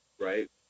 right